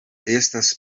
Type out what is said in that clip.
estas